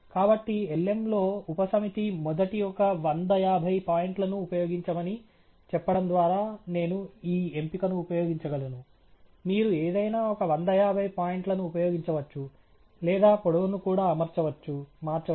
కాబట్టి lm లో ఉపసమితి మొదటి ఒక వంద యాభై పాయింట్లను ఉపయోగించమని చెప్పడం ద్వారా నేను ఈ ఎంపికను ఉపయోగించగలను మీరు ఏదైనా ఒక వంద యాభై పాయింట్లను ఉపయోగించవచ్చు లేదా పొడవును కూడా మార్చవచ్చు